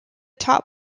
top